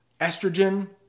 Estrogen